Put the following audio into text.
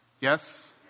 Yes